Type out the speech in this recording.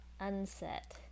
unset